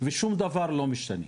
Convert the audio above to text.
ושום דבר לא משתנה,